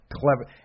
clever